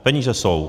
Peníze jsou.